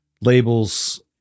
labels